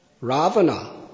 Ravana